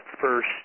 first